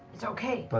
it's okay.